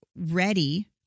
ready